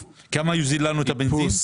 כמה זה יוזיל לנו את הבנזין?